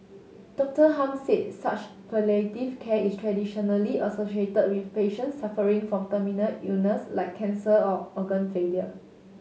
Doctor Hum said such palliative care is traditionally associated with patients suffering from terminal illness like cancer or organ failure